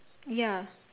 ya